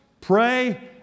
pray